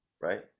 right